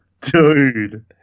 dude